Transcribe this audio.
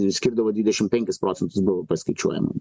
skirdavo dvidešim penkis procentus buvo paskaičiuojama